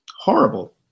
Horrible